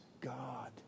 God